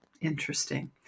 Interesting